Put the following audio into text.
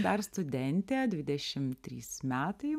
dar studentė dvidešimt trys metai